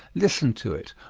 listen to it,